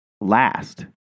last